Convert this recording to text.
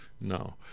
No